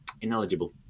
ineligible